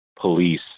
police